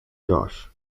josh